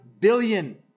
billion